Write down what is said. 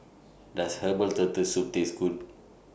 Does Herbal Turtle Soup Taste Good